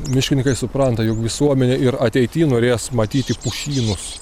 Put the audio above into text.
miškininkai supranta jog visuomenė ir ateity norės matyti pušynus